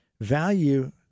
value